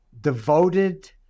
devoted